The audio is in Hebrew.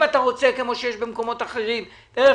אם אתה רוצה כמו שיש במקומות אחרים דרך